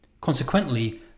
Consequently